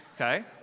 okay